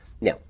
Now